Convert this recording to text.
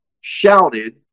shouted